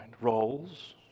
Roles